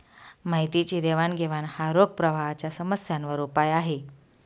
माहितीची देवाणघेवाण हा रोख प्रवाहाच्या समस्यांवर उपाय आहे